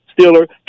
Steeler